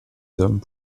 hommes